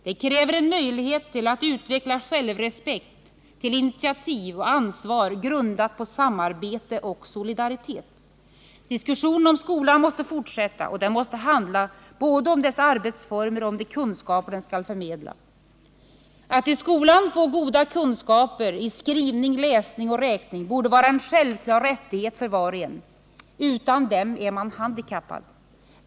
Detta kräver en möjlighet till att utveckla självrespekt, till initiativ och ansvar, grundat på samarbete och solidaritet. Diskussionen om skolan måste fortsätta, och den måste handla både om dess arbetsformer och om de kunskaper den skall förmedla. Att i skolan få goda kunskaper i skrivning, läsning och räkning borde vara en självklar rättighet för var och en. Utan dem är man handikappad.